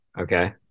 Okay